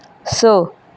स